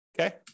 okay